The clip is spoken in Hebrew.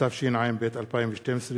התשע"ב 2012,